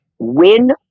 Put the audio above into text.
win